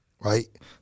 right